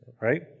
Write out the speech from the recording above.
right